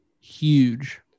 huge